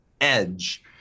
edge